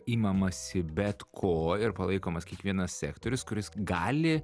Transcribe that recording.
imamasi bet ko ir palaikomas kiekvienas sektorius kuris gali